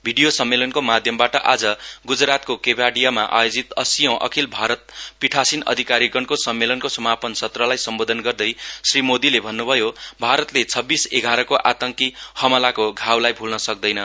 video सम्मेलनको माध्यमबाट आज ग्जरातको केभाडियामा आयोजित अस्सीऔं अखिल भारत पीठासीन अधिकारीगणको सम्मेलनको समापन सत्रलाई सम्बोधन गर्दै श्री मोदीले भन्नुभयो भारतले छब्बीस एघारको आतङ्की हमलाको घाउलाई भ्ल्न सक्दैन